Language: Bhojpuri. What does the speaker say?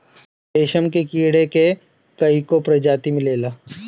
रेशम के कीड़ा के कईगो प्रजाति मिलेला